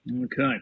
Okay